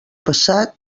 passat